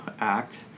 act